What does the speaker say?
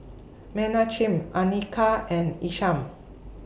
Menachem Anika and Isham